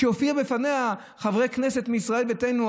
הופיעו בפניה חברי כנסת מישראל ביתנו.